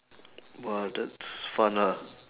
!wah! that's fun ah